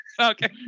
Okay